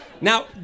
Now